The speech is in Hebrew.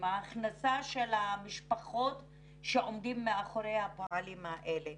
ההכנסה של המשפחות שעומדים מאחורי הפועלים האלה.